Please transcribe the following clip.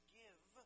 give